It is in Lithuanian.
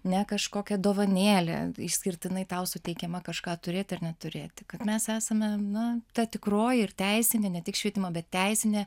ne kažkokia dovanėlė išskirtinai tau suteikiama kažką turėt ir neturėti kad mes esame na ta tikroji ir teisinė ne tik švietimo bet teisinė